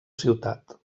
ciutat